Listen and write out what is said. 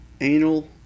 Anal